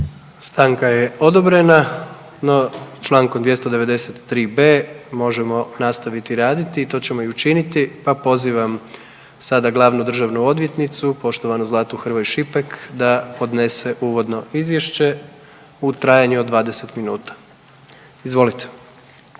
Stanka je odobrena, no Člankom 293b. možemo nastaviti raditi i to ćemo učiniti pa pozivam sada glavnu državnu odvjetnicu, poštovanu Zlatu Hrvoj Šipek da podnese uvodno izvješće u trajanju od 20 minuta, izvolite.